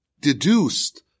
deduced